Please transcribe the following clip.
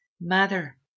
Mother